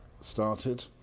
started